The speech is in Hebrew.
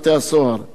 בין היתר